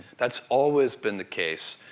that's always been the case.